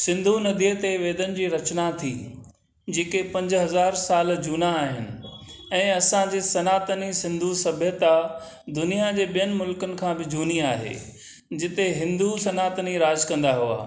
सिंधु नदीअ ते वेदनि जी रचना थी जेके पंज हज़ार साल जूना आहिनि ऐं असांजे सनातनी सिंधु सभ्यता दुनिया जे ॿियनि मुल्क़नि खां बि जूनी आहे जिते हिंदू सनातनी राजु कंदा हुआ